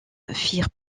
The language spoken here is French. firent